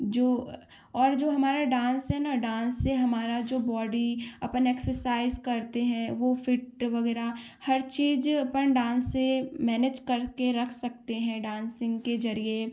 जो अ और जो हमारा डांस है न डांस से हमारा जो बॉडी अपन एक्सरसाइज़ करते हैं वो फिट वगैरह हर चीज अपन डांस से मैनेज करके रख सकते हैं डांसिंग के जरिये